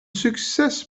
succes